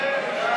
מי נגד?